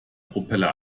propeller